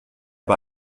bei